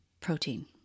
protein